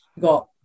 got